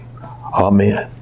Amen